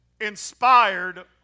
inspired